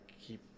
keep